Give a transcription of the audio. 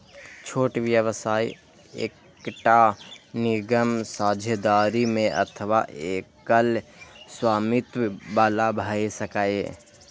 छोट व्यवसाय एकटा निगम, साझेदारी मे अथवा एकल स्वामित्व बला भए सकैए